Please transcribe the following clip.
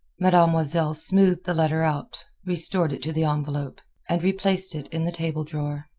mademoiselle smoothed the letter out, restored it to the envelope, and replaced it in the table drawer.